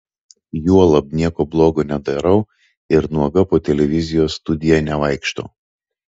juolab nieko blogo nedarau ir nuoga po televizijos studiją nevaikštau